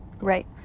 Right